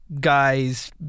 guy's